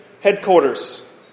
Headquarters